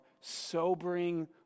sobering